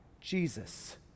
Jesus